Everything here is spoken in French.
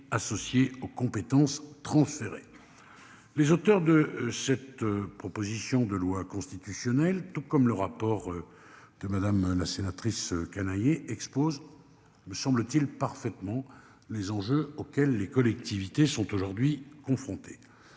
associés aux compétences transférées. Les auteurs de cette proposition de loi constitutionnelle tout comme le rapport. De Madame la sénatrice Canayer expose. Me semble-t-il parfaitement les enjeux auxquels les collectivités sont aujourd'hui confrontés.